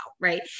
right